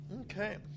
Okay